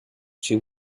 she